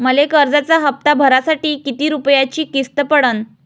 मले कर्जाचा हप्ता भरासाठी किती रूपयाची किस्त पडन?